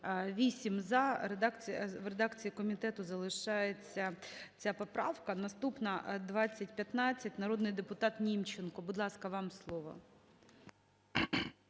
За-8 В редакції комітету залишається ця поправка. Наступна – 2015, народний депутат Німченко. Будь ласка, вам слово.